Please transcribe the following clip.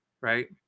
right